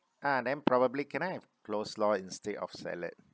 uh then probably can I have coleslaw instead of salad